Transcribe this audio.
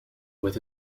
with